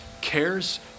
cares